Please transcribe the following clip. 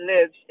lives